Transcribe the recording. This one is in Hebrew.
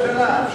הפסקה.